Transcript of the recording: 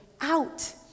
out